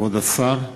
כבוד השר,